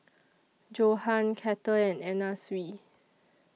Johan Kettle and Anna Sui